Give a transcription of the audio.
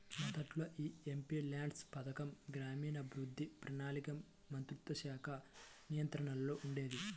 మొదట్లో యీ ఎంపీల్యాడ్స్ పథకం గ్రామీణాభివృద్ధి, ప్రణాళికా మంత్రిత్వశాఖ నియంత్రణలో ఉండేది